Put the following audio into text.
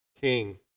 king